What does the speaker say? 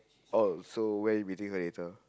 oh so where you meeting her later